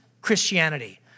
Christianity